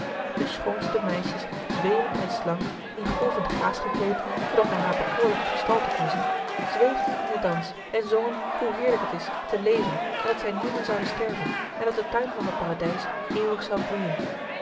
de schoonste meisjes zwevend en slank in golvend gaas gekleed zoodat men haar bekoorlijke gestalte kon zien zweefden in den dans en zongen hoe heerlijk het is te leven en dat zij nimmer zouden sterven en dat de tuin van het paradijs eeuwig zou bloeien